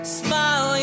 smile